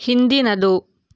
ಹಿಂದಿನದು